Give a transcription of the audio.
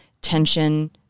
tension